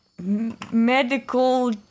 medical